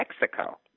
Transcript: Mexico